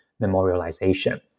memorialization